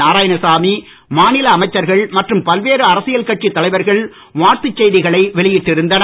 நாராயணசாமி மாநில அமைச்சர்கள் மற்றும் பல்வேறு அரசியல் கட்சி தலைவர்கள் வாழ்த்துச் செய்திகளை வெளியிட்டு இருந்தனர்